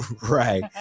right